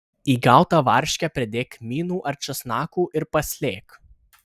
į gautą varškę pridėk kmynų ar česnakų ir paslėk